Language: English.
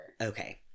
Okay